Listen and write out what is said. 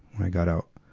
when i got out,